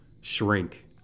shrink